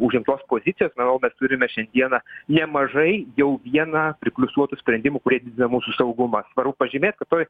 užimtos pozicijos manau mes turime šiandieną nemažai jau vieną pripliusuotų sprendimų kurie didina mūsų saugumą svarbu pažymėt toj